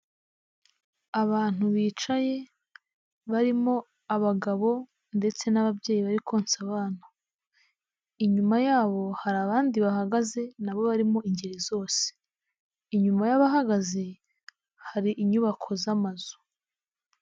Abantu bicaye barimo abagabo ndetse n'ababyeyi bari konsa abana, inyuma yabo hari abandi bahagaze nabo barimo ingeri zose, inyuma y'abahagaze hari inyubako z'amazu.